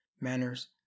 manners